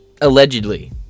allegedly